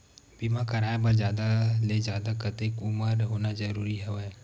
बीमा कराय बर जादा ले जादा कतेक उमर होना जरूरी हवय?